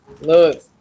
look